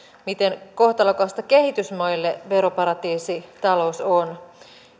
miten kohtalokasta kehitysmaille veroparatiisitalous on